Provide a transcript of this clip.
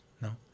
No